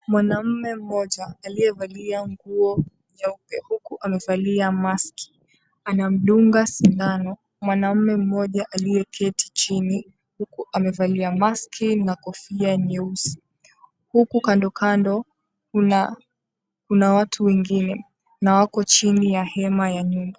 Mwanaume mmoja aliyevalia nguo nyeupe huku amevalia maski anamdunga sindano mwanaume mmoja aliyeketi chini huku amevalia maski na kofia nyeusi. Huko kandokando kuna watu wengine na wako chini ya hema ya nyumba.